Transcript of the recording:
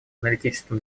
аналитическим